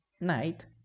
knight